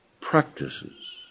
practices